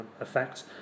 effects